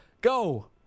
go